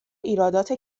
ایرادات